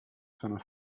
sono